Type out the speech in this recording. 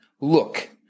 Look